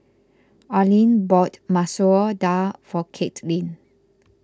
Arlyne bought Masoor Dal for Kaitlin